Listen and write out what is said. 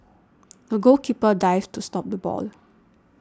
the goalkeeper dived to stop the ball